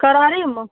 करारीमे